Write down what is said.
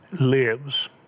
lives